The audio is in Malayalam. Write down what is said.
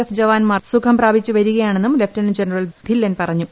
എഫ് ജവാന്മാർ സുഖം പ്രാപിച്ച് വരികയാണെന്നും ലഫ്റ്റനന്റ് ജനറൽ ധില്ലൻ പറഞ്ഞു